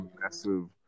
massive